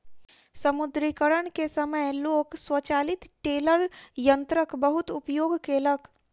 विमुद्रीकरण के समय लोक स्वचालित टेलर यंत्रक बहुत उपयोग केलक